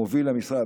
מוביל המשרד,